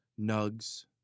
nugs